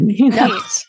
Right